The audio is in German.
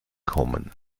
kommen